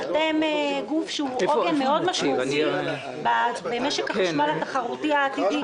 אתם גוף שהוא עוגן משמעותי מאוד במשק החשמל התחרותי העתידי.